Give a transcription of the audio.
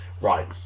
Right